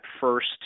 first